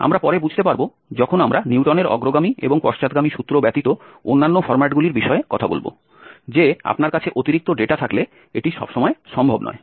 আমরা পরে বুঝতে পারব যখন আমরা নিউটনের অগ্রগামী এবং পশ্চাৎগামী সূত্র ব্যতীত অন্যান্য ফর্ম্যাটগুলির বিষয়ে কথা বলব যে আপনার কাছে অতিরিক্ত ডেটা থাকলে এটি সবসময় সম্ভব নয়